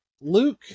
Luke